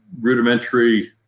rudimentary